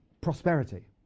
prosperity